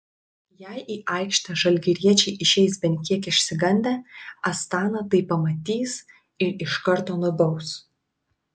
jei į aikštę žalgiriečiai išeis bent kiek išsigandę astana tai pamatys ir iš karto nubaus